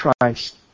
Christ